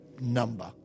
number